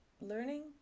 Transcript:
Learning